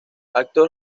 acto